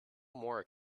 more